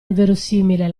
inverosimile